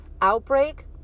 outbreak